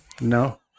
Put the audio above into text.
No